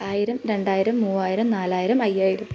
ആയിരം രണ്ടായിരം മൂവായിരം നാലായിരം അയ്യായിരം